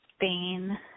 Spain